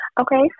Okay